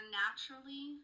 naturally